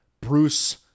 Bruce